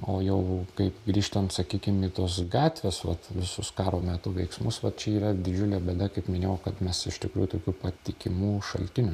o jau kaip grįžtant sakykim į tos gatvės vat visus karo meto veiksmus va čia yra didžiulė bėda kaip minėjau kad mes iš tikrųjų tokių patikimų šaltinių